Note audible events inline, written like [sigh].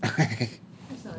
rich [laughs]